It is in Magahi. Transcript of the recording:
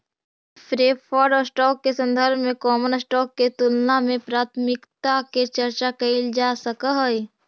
प्रेफर्ड स्टॉक के संदर्भ में कॉमन स्टॉक के तुलना में प्राथमिकता के चर्चा कैइल जा सकऽ हई